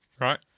Right